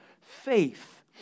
faith